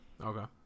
Okay